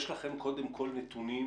יש לכם, קודם כול, נתונים